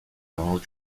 donald